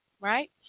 right